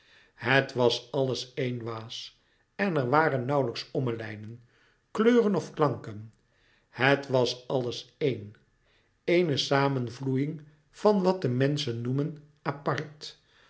het was alles één waas louis couperus metamorfoze en er waren nauwlijks ommelijnen kleuren of klanken het was alles één eéne samenvloeiïng van wat de menschen noemen apart